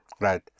Right